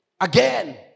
again